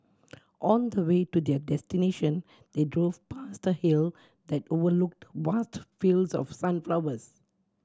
on the way to their destination they drove past a hill that overlooked vast fields of sunflowers